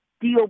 deal